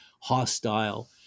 hostile